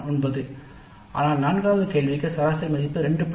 9 ஆனால் நான்காவது கேள்விக்கு சராசரி மதிப்பு 2